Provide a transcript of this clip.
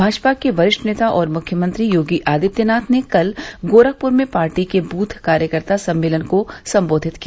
भाजपा के वरिष्ठ नेता और मुख्यमंत्री योगी आदित्यनाथ ने कल गोरखपुर में पार्टी के दूथ कार्यकर्ता सम्मेलन को संबोधित किया